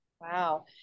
Wow